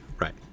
Right